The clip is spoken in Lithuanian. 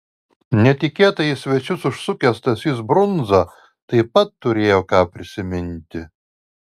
netikėtai į svečius užsukęs stasys brundza taip pat turėjo ką prisiminti